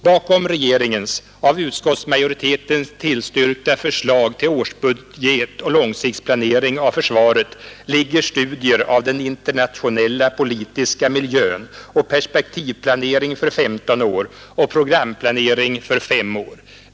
Bakom regeringens av utskottsmajoriteten tillstyrkta förslag till årsbudget och långsiktsplanering av försvaret ligger studier av den internationella politiska miljön, perspektivplanering för 15 år och programplanering för 5 år.